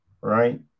right